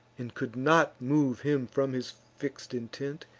and could not move him from his fix'd intent,